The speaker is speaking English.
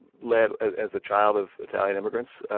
led as a child of italian immigrants,